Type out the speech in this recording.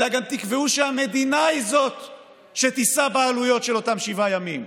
אלא גם תקבעו שהמדינה היא שתישא בעלויות של אותם שבעה ימים,